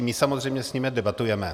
My samozřejmě s nimi debatujeme.